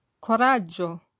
coraggio